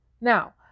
Now